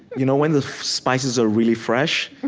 you know, when the spices are really fresh?